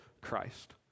Christ